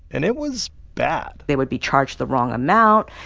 and it was bad they would be charged the wrong amount.